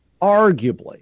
arguably